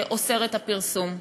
שאוסר את הפרסום.